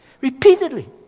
repeatedly